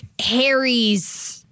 Harry's